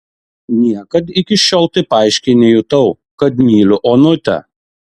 niekad iki šiol taip aiškiai nejutau kad myliu onutę